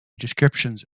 descriptions